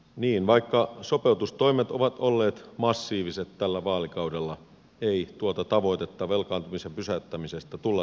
niin vaikka sopeutustoimet ovat olleet massiiviset tällä vaalikaudella ei tuota tavoitetta velkaantumisen pysäyttämisestä tulla saavuttamaan